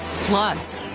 plus,